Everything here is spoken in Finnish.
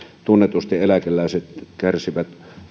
tunnetusti eläkeläiset kärsivät